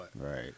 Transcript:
Right